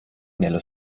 nello